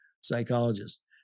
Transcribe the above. psychologist